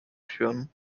führen